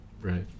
Right